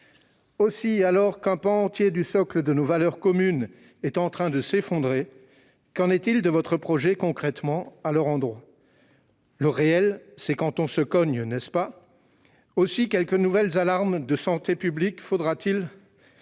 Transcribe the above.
Aussi, alors qu'un pan entier du socle de nos valeurs communes est en train de s'effondrer, qu'en est-il concrètement de votre projet à leur endroit ?« Le réel, c'est quand on se cogne », n'est-ce pas ? Madame la ministre, quelles nouvelles alarmes de santé publique faudra-t-il